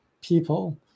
people